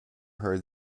heard